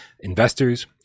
investors